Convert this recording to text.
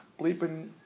bleeping